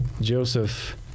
Joseph